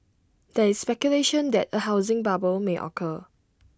there is speculation that A housing bubble may occur